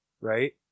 Right